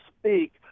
speak